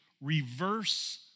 reverse